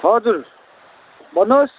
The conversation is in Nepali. हजुर भन्नुहोस्